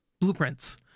blueprints